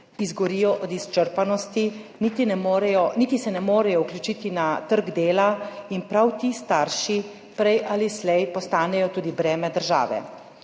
izgorijo od izčrpanosti, niti se ne morejo vključiti na trg dela in prav ti starši prej ali slej postanejo tudi breme države.